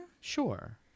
Sure